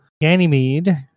Ganymede